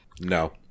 no